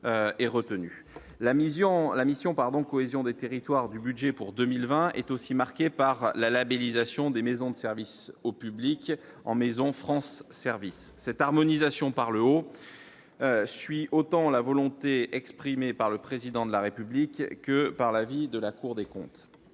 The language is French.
pardon cohésion des territoires du budget pour 2020 est aussi marquée par la labellisation des maisons de service au public en maison France service cette harmonisation par le haut, suis autant la volonté exprimée par le président de la République que par l'avis de la Cour des comptes